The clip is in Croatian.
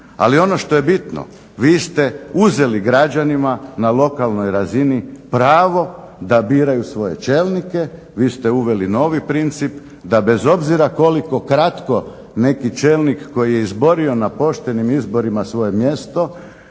Ali ono što je bitno, vi ste uzeli građanima na lokalnoj razini pravo da biraju svoje čelnike, vi ste uveli novi princip da bez obzira koliko kratko neki čelnik koji je izborio na poštenim izborima svoje mjesto